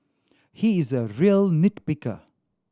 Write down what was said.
he is a real nit picker